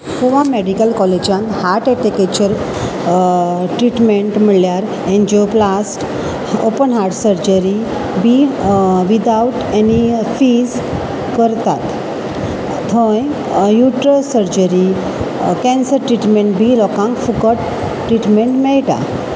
Goa medical कॉलेजान heart एटॅकेचेर treatment म्हणल्यार angioplasty open heart surgery बी विदावट एनी फीज करतात थंय युट्रस सर्जरी कॅन्सर ट्रिटमेंट बी लोकांक फुकट ट्रिटमेंट मेळटा